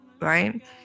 right